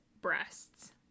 breasts